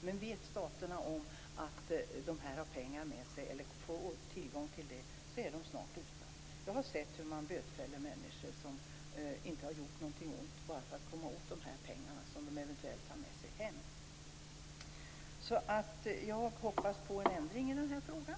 Men om dessa stater vet att de har pengar med sig eller får tillgång till pengar kommer de snart att vara utan. Jag har sett hur man bötfäller människor som inte har gjort någonting ont bara för att komma åt de pengar som de eventuellt har med sig hem. Jag hoppas på en ändring i den här frågan.